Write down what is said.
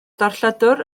darlledwr